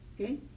okay